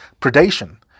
predation